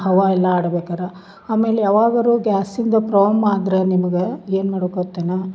ಹವಾ ಎಲ್ಲಾ ಆಡ್ಬೇಕರ ಆಮೇಲೆ ಯಾವಗಾರು ಗ್ಯಾಸಿಂದ ಪ್ರಾಬ್ಲಮ್ ಆದರೆ ನಿಮ್ಗೆ ಏನು ಮಾಡ್ಬೇಕು ಗೊತ್ತು ಏನ